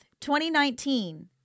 2019